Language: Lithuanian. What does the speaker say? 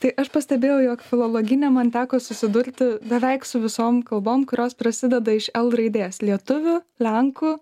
tai aš pastebėjau jog filologyne man teko susidurti beveik su visom kalbom kurios prasideda iš l raidės lietuvių lenkų